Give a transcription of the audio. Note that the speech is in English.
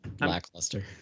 lackluster